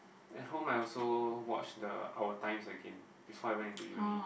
at home I also watch the our times again before I went into uni